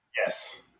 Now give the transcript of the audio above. Yes